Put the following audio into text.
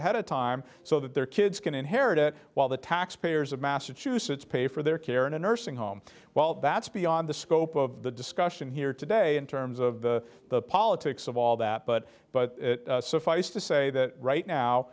ahead of time so that their kids can inherit it while the taxpayers of massachusetts pay for their care in a nursing home well that's beyond the scope of the discussion here today in terms of the politics of all that but but suffice to say that right now